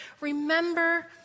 remember